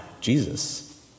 Jesus